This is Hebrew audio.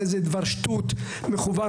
לפולין שאצלנו זה אחד המקומות, גם כן.